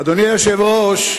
אדוני היושב-ראש,